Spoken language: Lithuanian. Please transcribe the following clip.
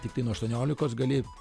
tiktai nuo aštuoniolikos gali